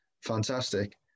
fantastic